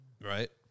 right